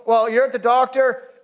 well, you're at the doctor.